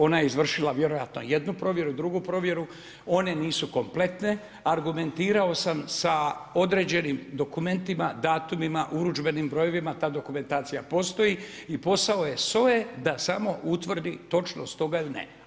Ona je izvršila vjerojatno jednu provjeru, drugu provjeru, one nisu kompletne, argumentirao sam sa određenim dokumentima, datumima, urudžbenim brojevima, ta dokumentacija postoji i posao je SOA-e da samo utvrdi točnost toga ili ne.